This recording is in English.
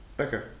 Okay